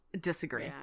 Disagree